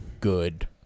Good